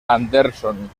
anderson